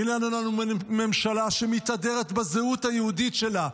והינה לנו ממשלה שמתהדרת בזהות היהודית שלה.